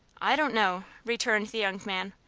i don't know, returned the young man.